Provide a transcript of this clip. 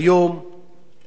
בהתנחלויות שלה,